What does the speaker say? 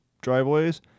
driveways